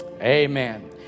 Amen